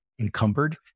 encumbered